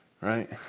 Right